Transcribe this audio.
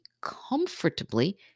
comfortably